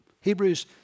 Hebrews